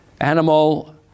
animal